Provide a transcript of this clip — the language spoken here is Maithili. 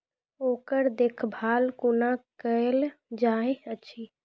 ओकर देखभाल कुना केल जायत अछि?